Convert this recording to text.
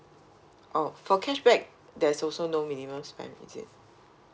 oh for cashback there's also no minimum spend is it